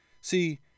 See